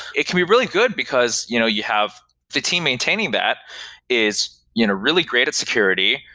it can be really good, because you know you have the team maintaining that is you know really great at security,